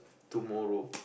tomorrow